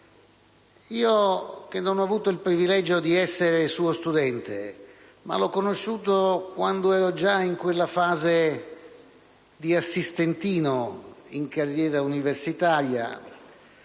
io, che non ho avuto il privilegio di essere suo studente, ma l'ho conosciuto quando ero già in quella fase di assistentino in carriera universitaria,